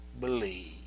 believe